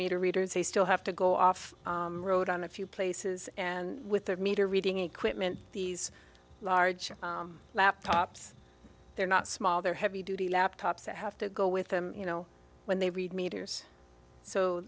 readers they still have to go off road on a few places and with their meter reading equipment these large laptops they're not small they're heavy duty laptops that have to go with them you know when they read meters so